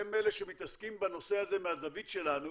הם אלה שמתעסקים בנושא הזה מהזווית שלנו